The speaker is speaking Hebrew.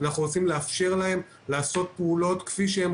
אנחנו רוצים לאפשר להם לעשות פעולות כפי שהם